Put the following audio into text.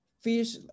fish